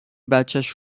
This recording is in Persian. بچش